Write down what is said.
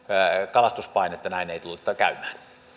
kalastuspainetta näin ei tule käymään